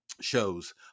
shows